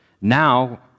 Now